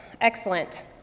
excellent